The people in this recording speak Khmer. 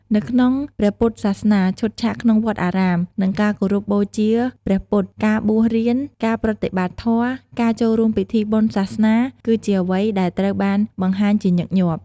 នៅក្នុងព្រះពុទ្ធសាសនា ឈុតឆាកក្នុងវត្តអារាម នឹងការគោរពបូជាព្រះពុទ្ធ ការបួសរៀន ការប្រតិបត្តិធម៌ ការចូលរួមពិធីបុណ្យសាសនា គឺជាអ្វីដែលត្រូវបានបង្ហាញជាញឹកញាប់។